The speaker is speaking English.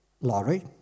lorry